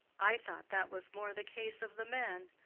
i thought that was more the case of the men.